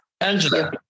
Angela